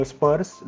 Spurs